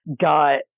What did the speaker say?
got